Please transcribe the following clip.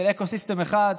של אקו-סיסטם אחד,